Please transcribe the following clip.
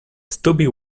stubby